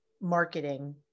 marketing